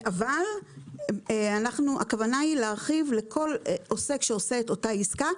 אבל הכוונה היא להרחיב לכל עוסק שעושה את אותה עסקה,